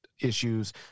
issues